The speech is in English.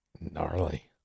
gnarly